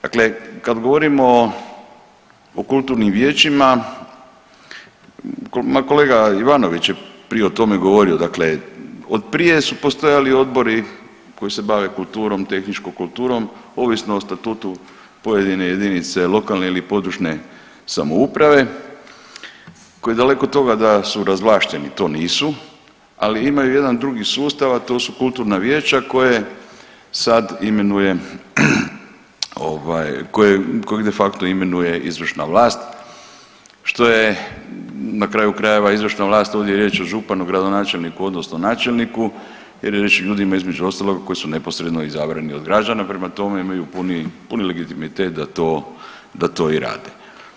Dakle, kad govorimo o kulturnim vijećima, ma kolega Ivanović je prije o tome govorio, dakle od prije su postojali odbori koji se bave kulturom, tehničkom kulturom ovisno o statutu pojedine jedinice lokalne ili područne samouprave koji daleko od toga da su razvlašteni, to nisu, ali imaju jedan drugi sustav, a to su kulturna vijeća koje sad imenuje ovaj koje de facto imenuje izvršna vlast, što je na kraju krajeva izvršna vlast ovdje je riječ o županu, gradonačelniku odnosno načelniku jer je riječ o ljudima između ostaloga koji su neposredno izabrani od građana prema tome imaju puni, puni legitimitet da to, da to i rade.